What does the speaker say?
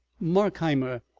markheimer,